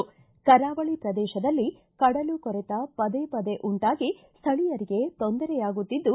ಕರಾವಳಿ ಪ್ರದೇಶದಲ್ಲಿ ಕಡಲು ಕೊರೆತ ಪದೇ ಪದೇ ಉಂಟಾಗಿ ಸ್ಥಳೀಯರಿಗೆ ತೊಂದರೆಯಾಗುತ್ತಿದ್ದು